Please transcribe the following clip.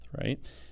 right